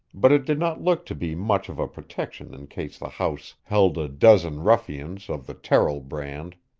but it did not look to be much of a protection in case the house held a dozen ruffians of the terrill brand.